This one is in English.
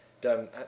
Done